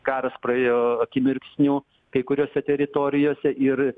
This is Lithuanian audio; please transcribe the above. karas praėjo akimirksniu kai kuriose teritorijose ir